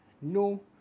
No